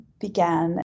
began